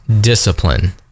discipline